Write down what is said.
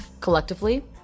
Collectively